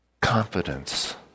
confidence